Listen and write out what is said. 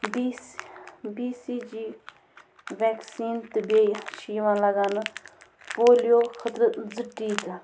B B C G vaccine تہٕ بیٚیہِ چھِ یِوان لگاونہٕ پولیو خٲطرٕ زٕ ٹیٖکہٕ